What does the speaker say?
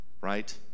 right